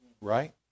right